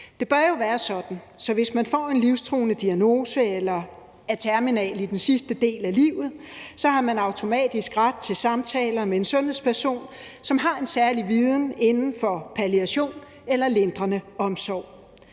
Det bør jo være sådan, at man, hvis man får en livstruende diagnose eller er terminal i den sidste del af livet, så automatisk har ret til samtaler med en sundhedsperson, som har en særlig viden inden for palliation eller lindrende omsorg.